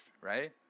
right